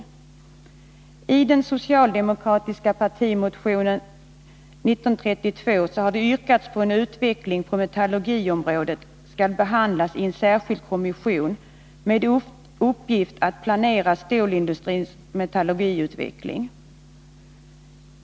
Iden socialdemokratiska partimotionen 1980/81:1930 har yrkats att frågan om utvecklingen på metallurgiområdet skall behandlas i en särskild kommission, med uppgift att planera stålindustrins metallurgiutveckling.